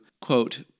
quote